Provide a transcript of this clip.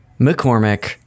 McCormick